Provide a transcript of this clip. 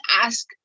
ask